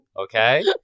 okay